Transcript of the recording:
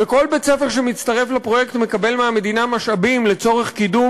וכל בית-ספר שמצטרף לפרויקט מקבל מהמדינה משאבים לצורך קידום